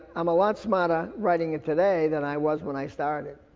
i'm a lot smarter writing it today than i was when i started.